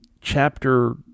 chapter